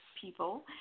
people